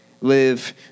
live